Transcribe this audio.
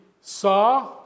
saw